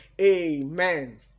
amen